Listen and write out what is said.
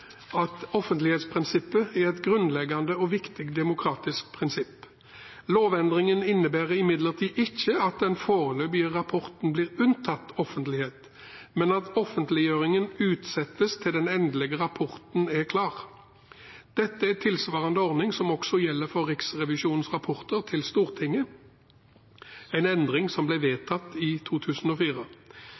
at offentlighetsprinsippet er et grunnleggende og viktig demokratisk prinsipp. Lovendringen innebærer imidlertid ikke at den foreløpige rapporten blir unntatt offentlighet, men at offentliggjøringen utsettes til den endelige rapporten er klar. Dette er tilsvarende ordning som også gjelder for Riksrevisjonens rapporter til Stortinget, en endring som ble vedtatt i 2004.